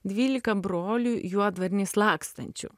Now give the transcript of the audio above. dvylika brolių juodvarniais lakstančių